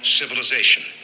civilization